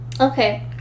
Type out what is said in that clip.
Okay